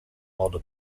modo